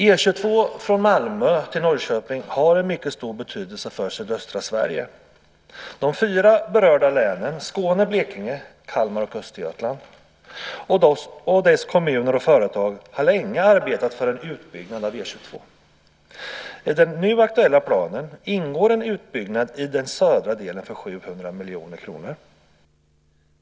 E 22 från Malmö till Norrköping har mycket stor betydelse för sydöstra Sverige. De fyra berörda länen Skåne, Blekinge, Kalmar och Östergötland och deras kommuner och företag har länge arbetat för en utbyggnad av E 22. I den nu aktuella planen ingår en utbyggnad i den södra delen för 700 miljoner kronor.